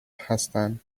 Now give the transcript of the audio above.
هستن